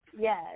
Yes